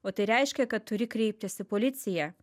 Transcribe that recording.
o tai reiškia kad turi kreiptis į policiją